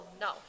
no